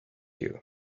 you